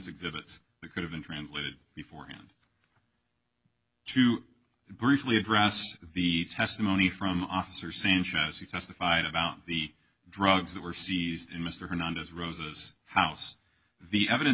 exhibits that could have been translated before hand to briefly address the testimony from officer sanchez who testified about the drugs that were seized in mr hernandez rosa's house the evidence